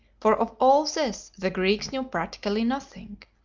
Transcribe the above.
for of all this the greeks knew practically nothing.